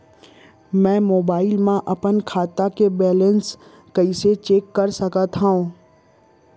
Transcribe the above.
मैं मोबाइल मा अपन खाता के बैलेन्स कइसे चेक कर सकत हव?